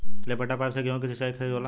लपेटा पाइप से गेहूँ के सिचाई सही होला?